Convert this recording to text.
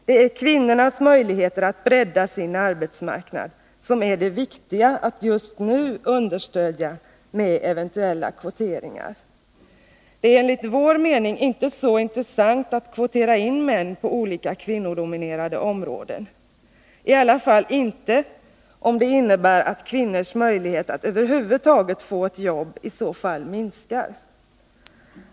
Det är kvinnornas möjligheter att bredda sin arbetsmarknad som är det viktiga att just nu understödja med eventuella kvoteringar. Det är enligt vår mening inte så intressant att kvotera in män på olika kvinnodominerade områden, i alla fall inte om det innebär att kvinnors möjligheter att över huvud taget få ett jobb minskar.